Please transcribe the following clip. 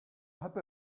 hope